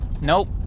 Nope